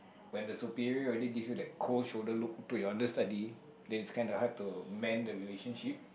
when the superior already give you that cold shoulder look to your understudy then it's kind of hard to mend the relationship